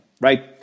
Right